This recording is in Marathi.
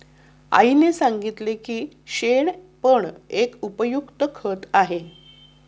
आईने सांगितले की शेण पण एक उपयुक्त खत आहे